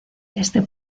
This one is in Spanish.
este